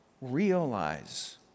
Realize